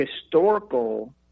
historical